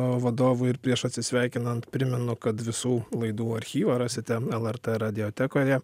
vadovui ir prieš atsisveikinant primenu kad visų laidų archyvą rasite lrt radiotekoje